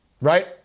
right